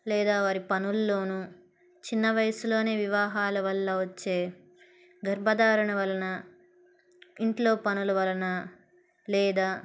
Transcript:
లేదా వారి పనుల్లోనూ చిన్న వయసులోనే వివాహాల వల్ల వచ్చే గర్భధారణ వలన ఇంట్లో పనుల వలన లేదా